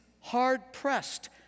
hard-pressed